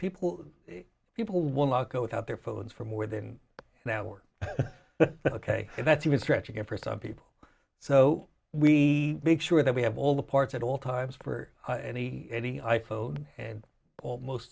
people people will not go without their phones for more than an hour ok that's even stretching it for some people so we make sure that we have all the parts at all times for any any i phone and almost